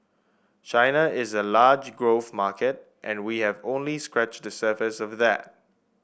China is a large growth market and we have only scratched the surface of that